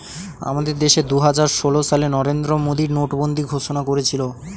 আমাদের দেশে দুহাজার ষোল সালে নরেন্দ্র মোদী নোটবন্দি ঘোষণা করেছিল